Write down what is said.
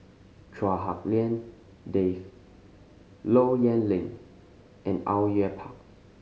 Chua Hak Lien Dave Low Yen Ling and Au Yue Pak